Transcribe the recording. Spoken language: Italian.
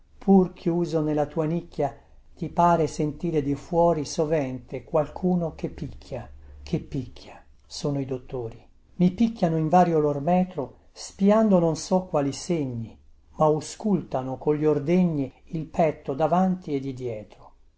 pur chiuso nella tua nicchia ti pare sentire di fuori sovente qualcuno che picchia che picchia sono i dottori mi picchiano in vario lor metro spiando non so quali segni mauscultano con li ordegni il petto davanti e di dietro